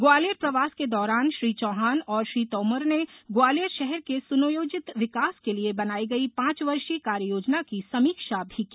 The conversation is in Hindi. ग्वालियर प्रवास के दौरान श्री चौहान और श्री तोमर ने ग्वालियर शहर के सुनियोजित विकास के लिए बनाई गई पांच वर्षीय कार्य योजना की समीक्षा भी की